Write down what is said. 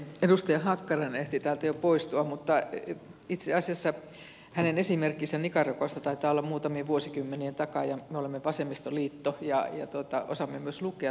edustaja hakkarainen ehti täältä jo poistua mutta itse asiassa hänen esimerkkinsä nicaraguasta taitaa olla muutamien vuosikymmenien takaa ja me olemme vasemmistoliitto ja osaamme myös lukea täällä